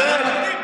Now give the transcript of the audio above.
תתבייש לך.